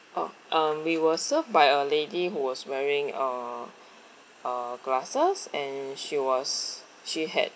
oh um we were served by a lady who was wearing uh uh glasses and she was she had